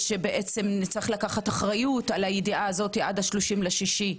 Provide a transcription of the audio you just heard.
צריך לקחת אחריות על הידיעה הזאת עד ה-30.06.